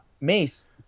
Mace